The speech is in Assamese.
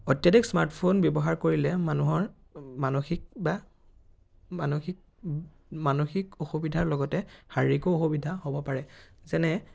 অত্যাধিক স্মাৰ্টফোন ব্যৱহাৰ কৰিলে মানুহৰ মানসিক বা মানসিক মানসিক অসুবিধাৰ লগতে শাৰীৰিক অসুবিধাও হ'ব পাৰে যেনে